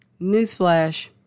Newsflash